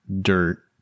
dirt